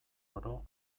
oro